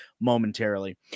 momentarily